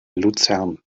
luzern